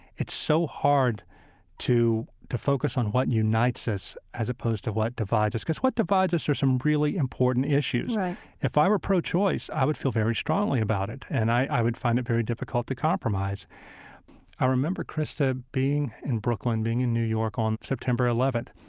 it's so hard to to focus on what unites us as opposed to what divides us because what divides us are some really important issues right if i were pro-choice, i would feel very strongly about it and i would find it very difficult to compromise i remember, krista, being in brooklyn, being in new york on september eleventh.